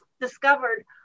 discovered